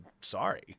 sorry